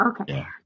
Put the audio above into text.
Okay